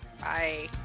Bye